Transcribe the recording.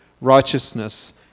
righteousness